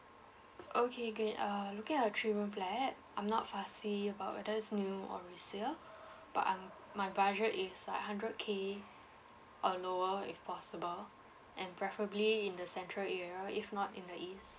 okay great err looking at a three room flat I'm not fussy about whether it's new or resale but I'm my budget is like hundred K or lower if possible and preferably in the central area if not in the east